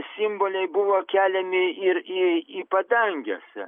simboliai buvo keliami ir į į padanges